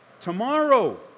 tomorrow